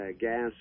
gas